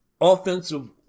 offensive